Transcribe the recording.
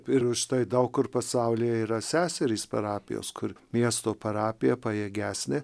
ir užtai daug kur pasaulyje yra seserys parapijos kur miesto parapija pajėgesnė